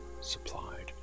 supplied